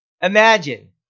imagine